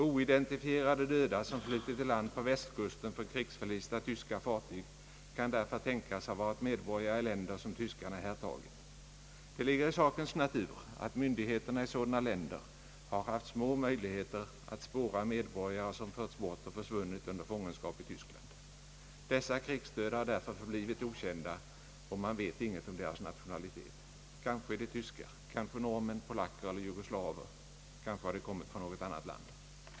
Oidentifierade döda som flutit i land på västkusten från krigsförlista tyska fartyg kan därför tänkas ha varit medborgare i länder som tyskarna härtagit. Det ligger i sakens natur att myndigheterna i sådana länder har haft små möjligheter att spåra medborgare som förts bort och försvunnit under fångenskap i Tyskland. Dessa krigsdöda har därför förblivit okända, och man vet inget om deras nationalitet. Kanske är de tyskar, kanske norrmän, polacker eller jugoslaver, kanske har de kommit från något annat land.